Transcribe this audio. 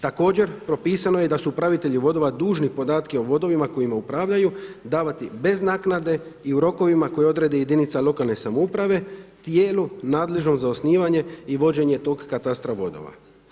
Također propisano je da su i upravitelji vodova dužni podatke o vodovima kojima upravljaju davati bez naknade i u rokovima koje odredi jedinica lokalne samouprave tijelu nadležnom za osnivanje i vođenje tog katastra vodova.